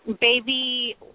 baby